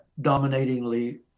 dominatingly